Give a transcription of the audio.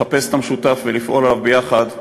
לחפש את המשותף ולפעול אליו ביחד לבנייננו,